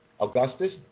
Augustus